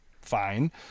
fine